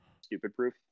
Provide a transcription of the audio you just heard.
stupid-proof